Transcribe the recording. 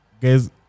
guys